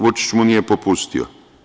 Vučić mu nije popustio.